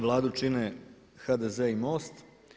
Vladu čine HDZ i MOST.